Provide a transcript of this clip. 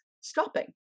stopping